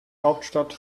hauptstadt